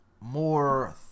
more